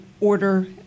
order